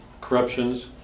corruptions